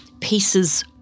pieces